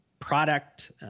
product